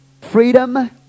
Freedom